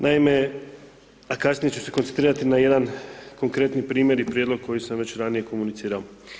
Naime, a kasnije ću se koncentrirati na jedan konkretni primjer i prijedlog koji sam već ranije komunicirao.